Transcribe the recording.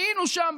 היינו שם,